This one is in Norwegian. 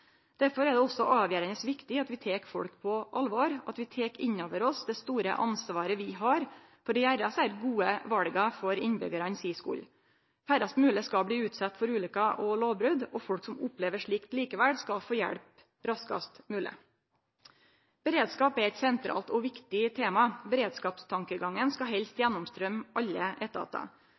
Derfor er det også avgjerande viktig at vi tek folk på alvor, at vi tek inn over oss det store ansvaret vi har for å gjere gode val for innbyggjarane si skuld. Færrast mogleg skal bli utsette for ulukker og lovbrot, og folk som opplever slikt likevel, skal få hjelp raskast mogleg. Beredskap er eit sentralt og viktig tema. Beredskapstankegangen skal helst gjennomstrøyme alle